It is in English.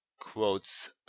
quotes